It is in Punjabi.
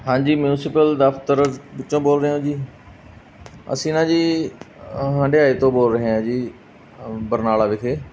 ਹਾਂਜੀ ਮਿਊਨਸੀਪਲ ਦਫ਼ਤਰ 'ਚੋਂ ਬੋਲ ਰਹੇ ਹੋ ਜੀ ਅਸੀਂ ਨਾ ਜੀ ਹੰਡਿਆਇਆ ਤੋਂ ਬੋਲ ਰਹੇ ਹਾਂ ਜੀ ਬਰਨਾਲਾ ਵਿਖੇ